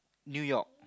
New-York